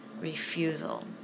refusal